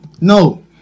No